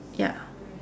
ya